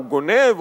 גונב,